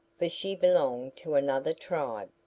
for she belonged to another tribe.